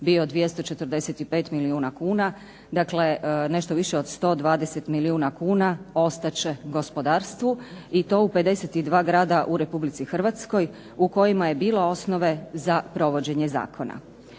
bio 245 milijuna kuna, dakle nešto više od 120 milijuna kuna ostat će gospodarstvu, i to u 52 grada u Republici Hrvatskoj, u kojima je bilo osnove za provođenje zakona.